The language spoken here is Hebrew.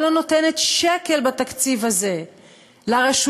אבל לא נותנת שקל בתקציב הזה לרשויות,